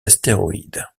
astéroïdes